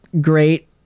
great